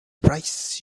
price